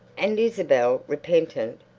and isabel, repentant,